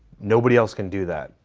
nobody else can do that.